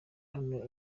hano